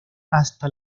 hasta